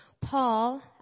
Paul